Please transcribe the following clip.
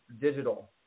digital